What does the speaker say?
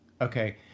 okay